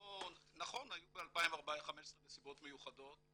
2,500. נכון שהיו ב-2015 נסיבות מיוחדות,